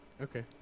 Okay